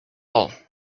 ball